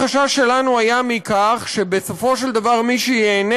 החשש שלנו היה מכך שבסופו של דבר מי שייהנה